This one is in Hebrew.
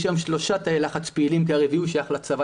יש היום שלושה תאי לחץ פעילים כי הרביעי שייך לצבא,